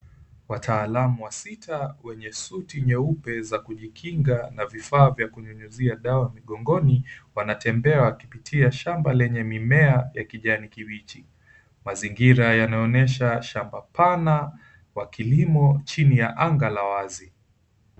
Wataalamu sita wenye suti nyeupe za kujikinga na vifaa vya kunyunyizia dawa migongoni, wanatembea wakipitia shamba lenye mimea ya kijani kibichi. Mazingira yanaonyesha shamba pana la kilimo chini ya anga la wazi.